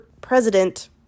president